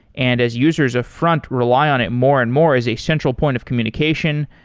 and as users of front rely on it more and more as a central point of communication,